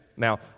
Now